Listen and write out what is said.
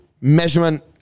measurement